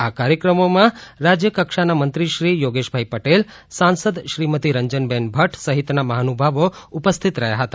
આ કાર્યક્રમોમાં રાજ્યકક્ષા મંત્રી શ્રી યોગેશભાઈ પટેલ સાંસદ શ્રીમતી રંજનબેન ભદ્દ સહિતના મહાનુભવો રહ્યા ઉપસ્થિત રહયાં હતા